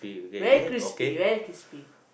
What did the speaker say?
very crispy very crispy